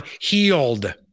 healed